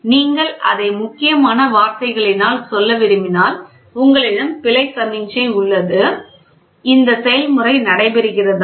நீங்கள் அதை முக்கியமான வார்த்தைகளினால் சொல்ல விரும்பினால் உங்களிடம் பிழை சமிக்ஞை உள்ளது இந்த செயல்முறை நடைபெறுகிறதா